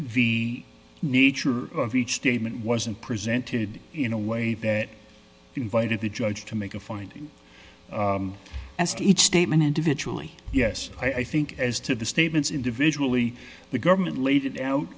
if nature of each statement wasn't presented in a way that invited the judge to make a finding as to each statement individually yes i think as to the statements individually the government laid it out